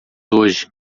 hoje